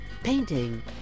painting